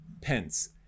pence